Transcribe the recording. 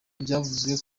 byavuzwe